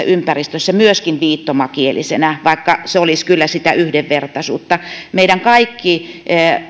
ympäristöissä myöskin viittomakielisenä vaikka se olisi kyllä sitä yhdenvertaisuutta meidän kaikki